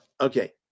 Okay